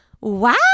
Wow